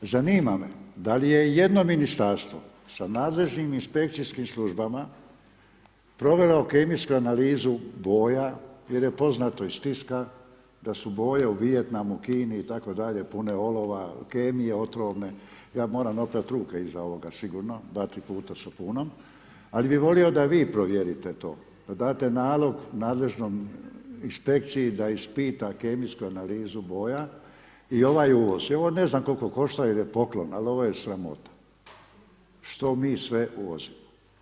Zanima me da li je jedno ministarstvo sa nadležnim inspekcijskim službama provelo kemijsku analizu boja jer je poznato iz tiska da su boje u Vijetnamu, Kini itd. pune olova kemije otrovne, ja moram oprat ruke iza ovoga sigurno, dva, tri puta sapunom, ali bi volio da vi provjerite to da date nalog nadležnom inspekciji da ispita kemijsku analizu boja i ovaj uvoz i ovo ne znam koliko košta jer je poklon, al ovo je sramota što mi sve uvozimo.